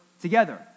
together